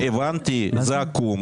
הבנתי, זה עקום.